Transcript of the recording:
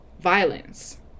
violence